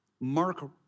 Mark